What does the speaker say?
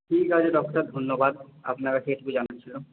ঠিক আছে ডক্টর ধন্যবাদ আপনার থেকে জানতে চাইলাম